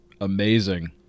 amazing